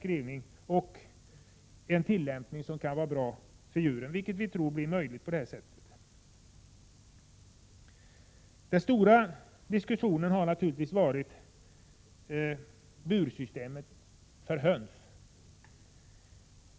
Därigenom får vi en tillämpning som kan vara bra för djuren, vilket vi tror blir möjligt. Den stora diskussionen har naturligtvis gällt bursystemet för höns.